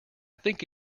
think